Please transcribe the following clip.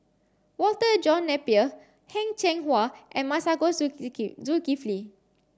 Walter John Napier Heng Cheng Hwa and Masagos Zulkifli